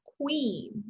queen